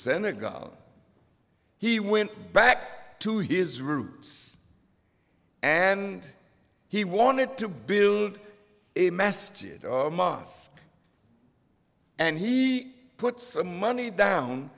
senegal he went back to his roots and he wanted to build a mass mosque and he put some money down